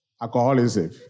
alcoholism